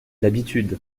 l’habitude